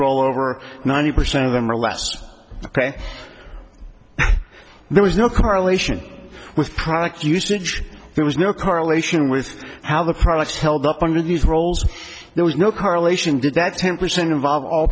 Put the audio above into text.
roll over ninety percent of them or less ok there was no correlation with product usage there was no correlation with how the products held up under these roles there was no correlation to that ten percent involve all